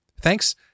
Thanks